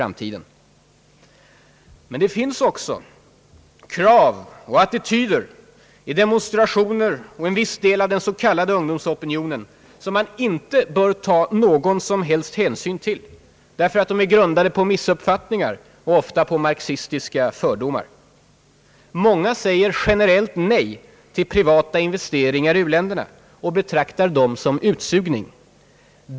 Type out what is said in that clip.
Men det finns också krav och attityder i demonstrationer och viss del av den s.k. ungdomsopinionen som man inte bör ta någon som helst hänsyn till, därför att de är grundade på missuppfattningar och ofta på marxistiska fördomar. Många säger generellt nej till privata investeringar i u-länderna och betraktar dem som »utsugning».